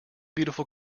beautiful